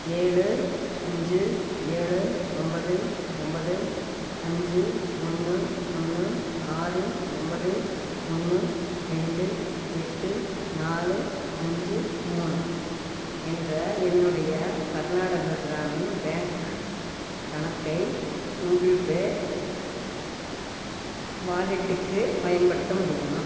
ஏழு அஞ்சு ஏழு ஒன்பது ஒன்பது அஞ்சு ஒன்று ஒன்று ஆறு ஒன்பது ஒன்று ரெண்டு எட்டு நாலு அஞ்சு மூணு என்ற என்னுடைய கர்நாடக கிராமின் பேங்க் கணக்கை ஊகுள் பே வாலெட்டுக்கு பயன்படுத்த முடியுமா